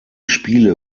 spiele